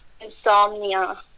insomnia